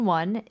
one